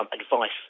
advice